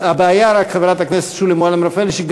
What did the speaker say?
אין מה למהר, הר-הבית בידינו.